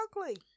ugly